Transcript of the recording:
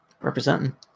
Representing